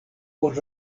por